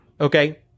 Okay